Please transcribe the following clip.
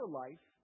life